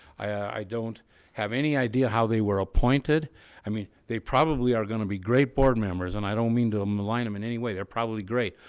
i don't have any idea how they were appointed i mean, they probably are gonna be great board members and i don't mean to um align them in any way they're probably great.